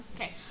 Okay